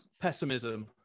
pessimism